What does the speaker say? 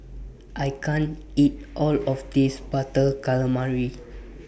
I can't eat All of This Butter Calamari